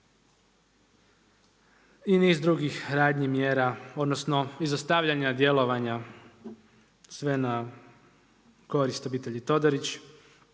i niz drugih radnji, mjera, odnosno izostavljanja djelovanja sve na korist obitelji Todorić.